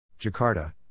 Jakarta